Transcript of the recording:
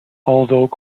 although